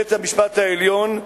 בית-המשפט העליון,